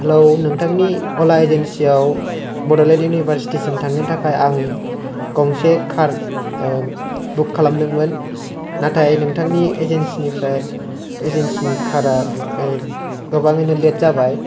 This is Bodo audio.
हेल' नोंथांनि अला एजेनसिआव बड'लेण्ड इउनिभारसिति सिम थांनो थाखाय आं गंसे कार बुक खालामदोंमोन नाथाय नोंथांनि एजेन्सिनिफ्राय एजेन्सिनि कारआ गोबांयैनो लेथ जाबाय